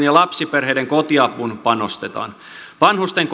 ja lapsiperheiden kotiapuun panostetaan vanhusten